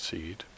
Seed